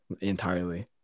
entirely